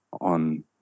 on